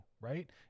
right